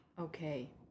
Okay